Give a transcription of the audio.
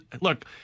look